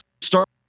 Start